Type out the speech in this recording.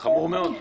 חמור מאוד.